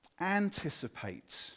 anticipate